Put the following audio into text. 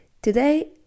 Today